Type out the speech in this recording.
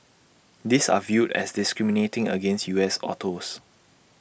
these are viewed as discriminating against U S autos